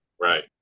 Right